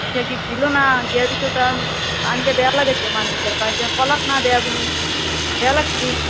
এতিয়া গিফ্ট দিলোঁ না দিয়াৰ পিছত আৰু আনবা বেয়া লাগেতো মানুহ এটাৰ পা এতিয়া কলাক না বেয়া বুলি বেয়া লাগ্ছি